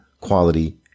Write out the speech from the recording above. quality